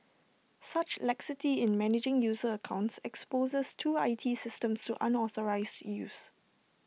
such laxity in managing user accounts exposes the two I T systems to unauthorised used